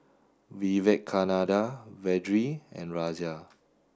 Vivekananda Vedre and Razia